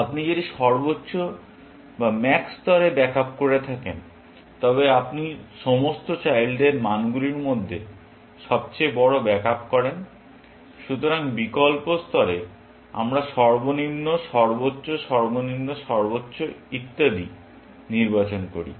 আপনি যদি সর্বোচ্চ স্তরে ব্যাক আপ করে থাকেন তবে আপনি সমস্ত চাইল্ডদের মানগুলির মধ্যে সবচেয়ে বড় ব্যাক আপ করেন। সুতরাং বিকল্প স্তরে আমরা সর্বনিম্ন সর্বোচ্চ সর্বনিম্ন সর্বোচ্চ ইত্যাদি নির্বাচন করি